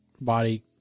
body